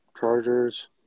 Chargers